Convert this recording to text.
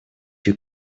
you